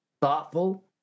thoughtful